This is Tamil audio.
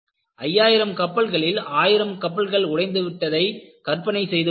5000 கப்பல்களில் 1000 கப்பல்கள் உடைந்து விட்டதை கற்பனை செய்து பாருங்கள்